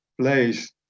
place